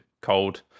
cold